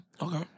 Okay